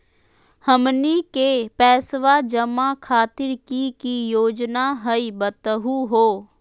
हमनी के पैसवा जमा खातीर की की योजना हई बतहु हो?